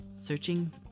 searching